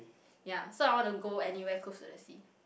ya so I wanna go anywhere close to the sea